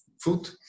food